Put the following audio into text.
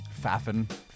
Faffin